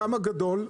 חלקם הגדול,